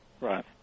Right